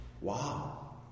Wow